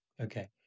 okay